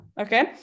okay